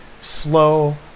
slow